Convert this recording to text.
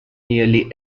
nearly